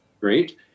Great